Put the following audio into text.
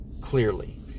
clearly